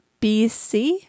BC